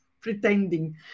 pretending